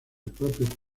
propio